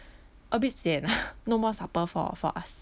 a bit sian ah no more supper for for us